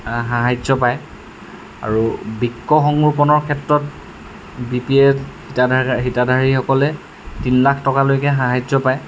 সাহাৰ্য পায় আৰু বৃক্ক সংৰোপণৰ ক্ষেত্ৰত বি পি এ হিতাধাৰীসকলে তিন লাখ টকালৈকে সাহাৰ্য পায়